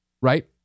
right